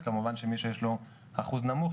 שאנחנו כממשלה